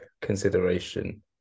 consideration